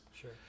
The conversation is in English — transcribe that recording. Sure